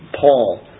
Paul